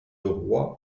roy